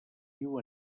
viu